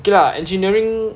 okay lah engineering